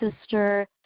sister